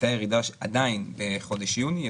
עדיין בחודש יוני,